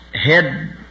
head